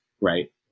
right